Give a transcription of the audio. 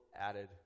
added